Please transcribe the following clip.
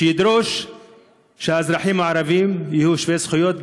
שידרוש שהאזרחים הערבים יהיו שווי זכויות,